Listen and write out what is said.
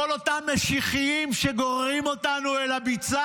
כל אותם משיחיים שגוררים אותנו אל הביצה